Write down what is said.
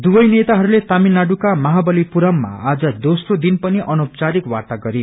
दुवे नेताहरूले तामिलनाडुका महावलिपुरममा आज देस्रो दिन अनिद अनौपचारिक वार्ता गरे